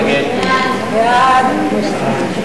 1 11,